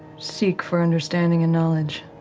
seek for understanding and knowledge.